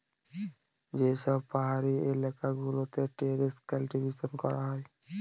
যে সব পাহাড়ি এলাকা গুলোতে টেরেস কাল্টিভেশন করা হয়